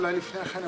אולי לפני כן,